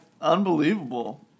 unbelievable